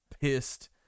pissed